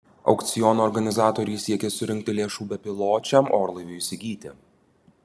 aukciono organizatoriai siekia surinkti lėšų bepiločiam orlaiviui įsigyti